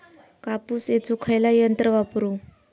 कापूस येचुक खयला यंत्र वापरू?